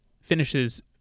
finishes